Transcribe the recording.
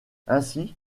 ainsi